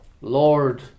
Lord